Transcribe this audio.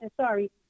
sorry